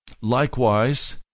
likewise